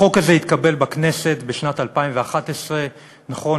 החוק הזה התקבל בכנסת בשנת 2011. נכון,